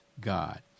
God